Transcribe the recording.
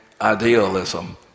idealism